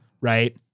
right